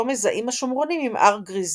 אותו מזהים השומרונים עם הר גריזים.